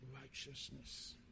righteousness